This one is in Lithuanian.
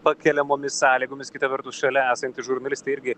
pakeliamomis sąlygomis kita vertus šalia esantys žurnalistai irgi